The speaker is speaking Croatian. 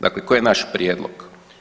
Dakle, koji je naš prijedlog?